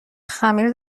خمیر